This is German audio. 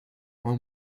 man